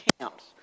camps